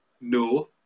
no